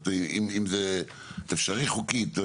אם זה אפשרי חוקית.